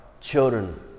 children